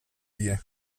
die